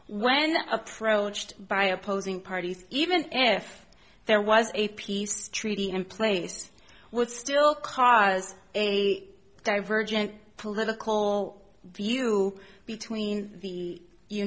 when approached by opposing parties even if there was a peace treaty in place would still cause a divergent political view between the you